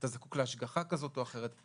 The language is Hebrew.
אם הוא זקוק להשגחה כזאת או אחרת.